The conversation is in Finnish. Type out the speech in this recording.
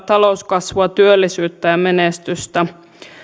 talouskasvua työllisyyttä ja menestystä